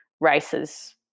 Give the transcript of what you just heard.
races